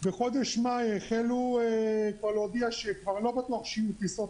בחודש מאי החלו להודיע שלא בטוח שיהיו טיסות